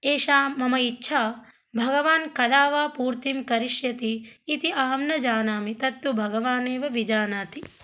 एषा मम इच्छा भगवान् कदा वा पूर्तिं करिष्यति इति अहं न जानामि तत्तु भगवानेव विजानाति